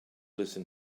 listen